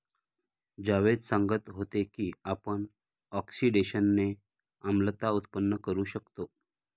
जावेद सांगत होते की आपण ऑक्सिडेशनने आम्लता उत्पन्न करू शकतो